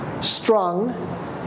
strung